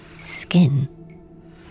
skin